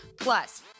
Plus